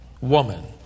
woman